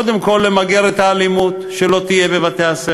קודם כול, למגר את האלימות, שלא תהיה בבתי-הספר,